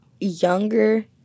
younger